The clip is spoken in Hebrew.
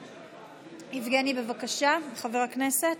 יבגני, בבקשה, חבר הכנסת.